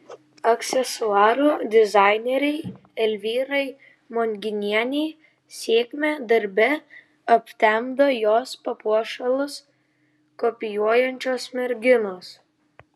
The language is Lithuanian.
aksesuarų dizainerei elvyrai monginienei sėkmę darbe aptemdo jos papuošalus kopijuojančios merginos